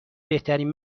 بهترین